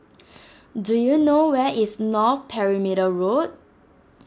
do you know where is North Perimeter Road